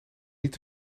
niet